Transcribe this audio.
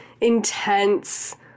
intense